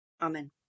Amen